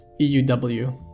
EUW